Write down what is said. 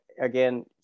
again